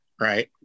right